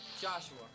Joshua